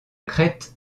crête